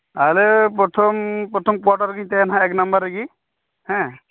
ᱟᱞᱮ ᱯᱨᱚᱛᱷᱚᱢ ᱯᱨᱚᱛᱷᱚᱢ ᱠᱳᱭᱟᱴᱟᱨ ᱨᱮᱜᱮᱧ ᱛᱟᱦᱮᱸᱱᱟ ᱱᱟᱦᱟᱸᱜ ᱮᱠ ᱱᱚᱢᱵᱚᱨ ᱨᱮᱜᱮ ᱦᱮᱸ